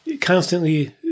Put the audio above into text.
constantly